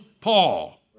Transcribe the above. Paul